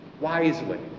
wisely